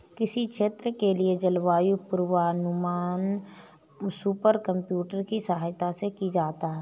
किसी क्षेत्र के लिए जलवायु पूर्वानुमान सुपर कंप्यूटर की सहायता से किया जाता है